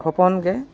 ᱦᱚᱯᱚᱱ ᱜᱮ